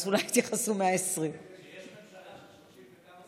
אז אולי יתייחסו 120. כשיש ממשלה של 30 וכמה שרים,